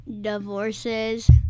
Divorces